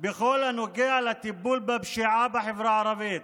בכל הנוגע לטיפול בפשיעה בחברה הערבית.